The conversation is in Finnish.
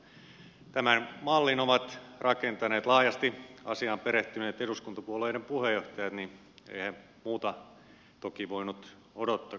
kun tämän mallin ovat rakentaneet laajasti asiaan perehtyneet eduskuntapuolueiden puheenjohtajat niin eihän muuta toki voinut odottaakaan